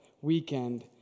weekend